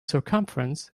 circumference